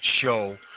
show